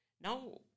Now